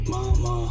Mama